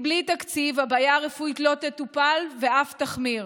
בלי תקציב, הבעיה הרפואית לא תטופל ואף תחמיר.